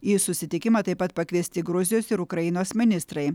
į susitikimą taip pat pakviesti gruzijos ir ukrainos ministrai